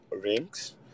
rings